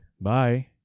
Bye